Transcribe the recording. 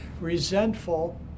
resentful